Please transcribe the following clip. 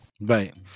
right